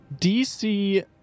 DC